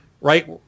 right